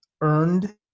earned